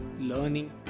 Learning